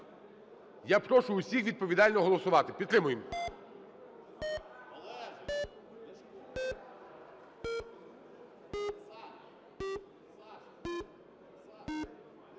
Я прошу усіх відповідально голосувати, підтримуємо.